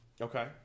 Okay